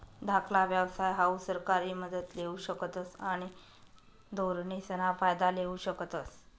धाकला व्यवसाय हाऊ सरकारी मदत लेवू शकतस आणि धोरणेसना फायदा लेवू शकतस